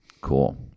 cool